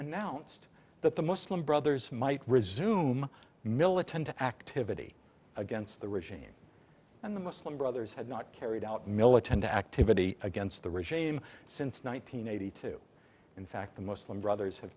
announced that the muslim brothers might resume militant activity against the regime and the muslim brothers had not carried out militant activity against the regime since one thousand nine hundred two in fact the muslim brothers have